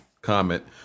comment